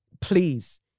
Please